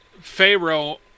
Pharaoh